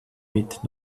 mit